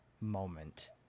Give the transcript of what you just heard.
moment